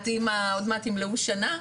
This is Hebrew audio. את אימא עוד מעט ימלאו שנה?